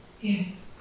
Yes